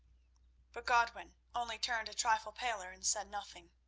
but godwin only turned a trifle paler and said nothing.